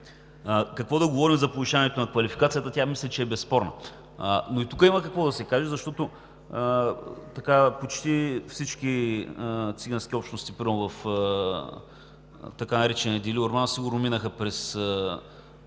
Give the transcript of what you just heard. Какво да говорим за повишаването на квалификацията? Мисля, че е безспорна. Но и тук има какво да се каже, защото примерно почти всички цигански общности в така наречения Делиорман сигурно минаха през